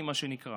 מה שנקרא